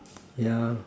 yeah